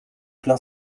plein